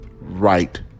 right